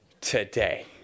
today